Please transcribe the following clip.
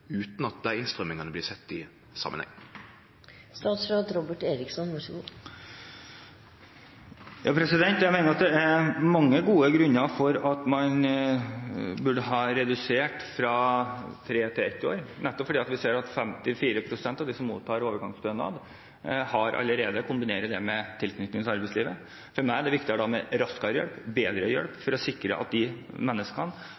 utan at dei innstrammingane blir sette i samanheng? Jeg mener at det er mange gode grunner til at man burde redusere fra tre til ett år, nettopp fordi vi ser at 54 pst. av dem som mottar overgangsstønad, allerede kombinerer den med tilknytning til arbeidslivet. For meg er det da viktigere med raskere hjelp og bedre hjelp